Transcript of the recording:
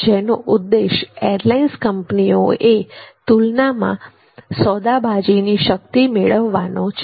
જેનો ઉદ્દેશ એરલાઇન્સ કંપનીઓએ તુલનામાં સોદાબાજીની શક્તિ મેળવવાનો છે